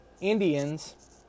Indians